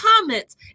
comments